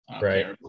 Right